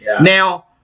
Now